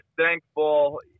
thankful